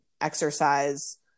exercise